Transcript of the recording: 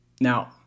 Now